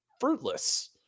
fruitless